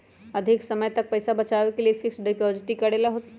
अधिक समय तक पईसा बचाव के लिए फिक्स डिपॉजिट करेला होयई?